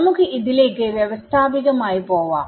നമുക്ക് ഇതിലേക്ക് വ്യവസ്ഥാപികമായി പോവാം